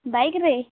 ବାଇକ୍ରେ